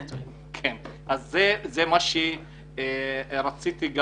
זה מה שרציתי,